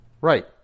right